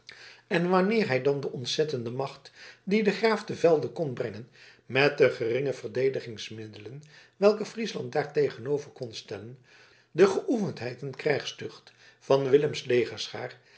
en wanneer hij dan de ontzettende macht die de graaf te velde kon brengen met de geringe verdedigingsmiddelen welke friesland daartegenover kon stellen de geoefendheid en krijgstucht van willems